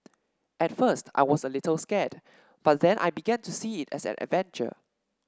at first I was a little scared but then I began to see it as an adventure